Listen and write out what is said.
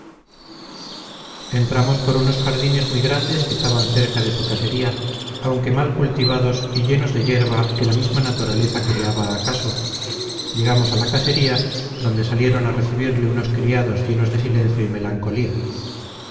entramos por unos jardines muy grandes que estaban cerca de su casería aunque mal cultivados y llenos de yerba que la misma naturaleza criaba acaso llegamos a la casería donde salieron a recibirle unos criados llenos de silencio y melancolía